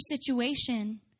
situation